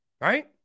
right